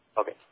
okay